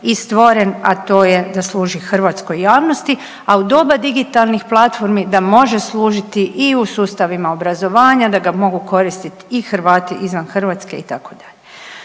i stvoren, a to je da služi hrvatskoj javnosti. A u doba digitalnih platformi da može služiti i u sustavima obrazovanja, da ga mogu koristiti i Hrvati izvan Hrvatske itd.